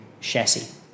chassis